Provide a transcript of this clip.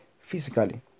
physically